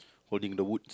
holding the woods